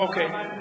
אוקיי.